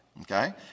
Okay